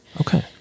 Okay